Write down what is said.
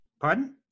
Pardon